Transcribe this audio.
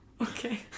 Okay